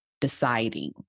deciding